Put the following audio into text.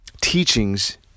teachings